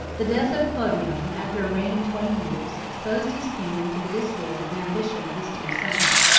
the death of clodion, after a reign of twenty years, exposed his kingdom to the discord and ambition of his two sons.